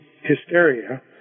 hysteria